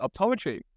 optometry